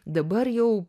dabar jau